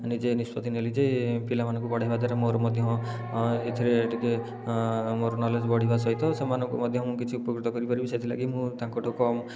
ନିଜେ ନିଷ୍ପତି ନେଲି ଯେ ପିଲାମାନଙ୍କୁ ପଢ଼େଇବା ଦ୍ୱାରା ମୋର ମଧ୍ୟ ଏଥିରେ ଟିକେ ମୋର କ୍ନୋଲେଜ ବଢ଼ିବା ସହିତ ସେମାନଙ୍କୁ ମଧ୍ୟ ମୁଁ କିଛି ଉପକୃତ କରିପାରିବି ସେଥିଲାଗି ମୁଁ ତାଙ୍କଠୁ କମ୍